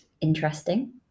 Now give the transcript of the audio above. Interesting